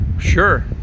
Sure